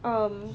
um